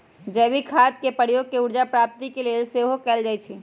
जैविक खाद के प्रयोग ऊर्जा प्राप्ति के लेल सेहो कएल जाइ छइ